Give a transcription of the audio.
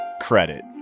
credit